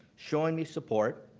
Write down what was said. showing me support,